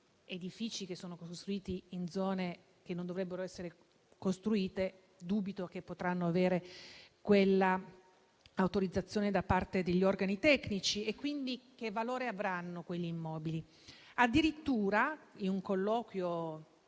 edifici che sono stati costruiti in zone dove non avrebbero dovuto essere costruiti dubito che potranno avere quell'autorizzazione da parte degli organi tecnici. Quindi, che valore avranno quegli immobili? In un colloquio